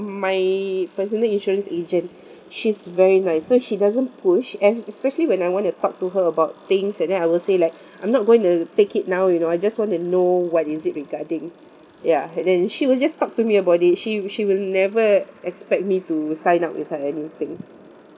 my personal insurance agent she's very nice so she doesn't push and especially when I want to talk to her about things and then I will say like I'm not going to take it now you know I just want to know what is it regarding ya and then she will just talk to me about it she she will she will never expect me to sign up with her anything